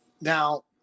Now